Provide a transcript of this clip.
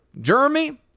Jeremy